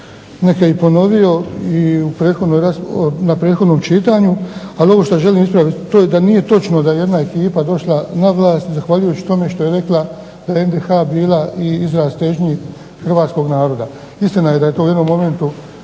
neke i ponovio i na prethodnom čitanju. Ali ovo što želim ispraviti to je da nije točno da je jedna ekipa došla na vlast zahvaljujući tome što je rekla da je NDH bila i izraz težnji hrvatskoga naroda. Istina je da je to u jednom momentu